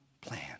plan